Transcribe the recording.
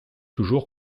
toujours